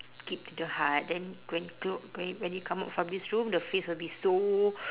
keep to the heart then when cl~ when when you come out from this room the face will be so